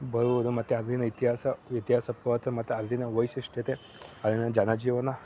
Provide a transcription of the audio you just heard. ಬರುವುದು ಮತ್ತೆ ಅಲ್ಲಿನ ಇತಿಹಾಸ ಇತಿಹಾಸ ಪುರಾತನ ಮತ್ತೆ ಅಲ್ಲಿನ ವೈಶಿಷ್ಟ್ಯತೆ ಅಲ್ಲಿನ ಜನ ಜೀವನ